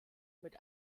mit